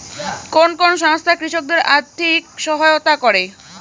কোন কোন সংস্থা কৃষকদের আর্থিক সহায়তা করে?